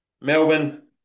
Melbourne